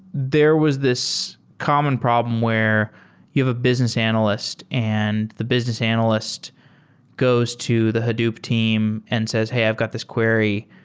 there was this common problem where you have a business analyst and the business analyst goes to the hadoop team and says, hey, i've got this query.